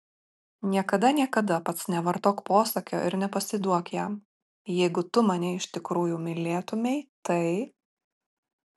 niekada niekada pats nevartok posakio ir nepasiduok jam jeigu tu mane iš tikrųjų mylėtumei tai